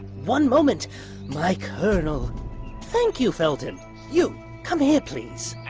one moment my colonel thank you felton you come here, please